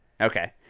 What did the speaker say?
okay